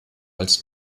als